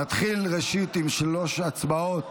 ראשית נתחיל עם שלוש הצבעות